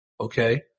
Okay